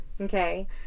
Okay